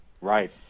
Right